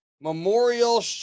Memorial